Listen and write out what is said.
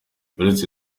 uretse